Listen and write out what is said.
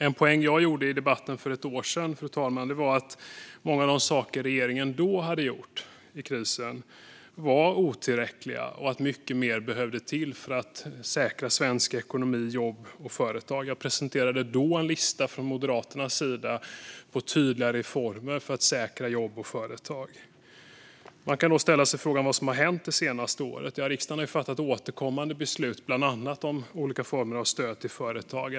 En poäng jag gjorde i debatten för ett år sedan var att många av de saker regeringen gjort i krisen var otillräckliga och att mycket mer måste till för att säkra svensk ekonomi, jobb och företag. Jag presenterade då en lista från Moderaterna med tydliga reformer för att säkra jobb och företag. Vad har då hänt det senaste året? Riksdagen har fattat återkommande beslut, bland annat om olika former av stöd till företag.